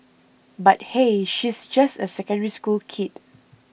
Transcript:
but hey she's just a Secondary School kid